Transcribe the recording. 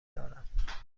دارم